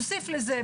תוסיף לזה,